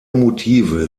motive